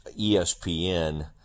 ESPN